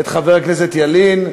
את חבר הכנסת ילין,